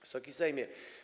Wysoki Sejmie!